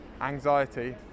anxiety